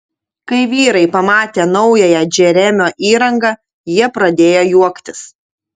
kai vyrai pamatė naująją džeremio įrangą jie pradėjo juoktis